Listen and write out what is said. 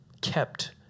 kept